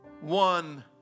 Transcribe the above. one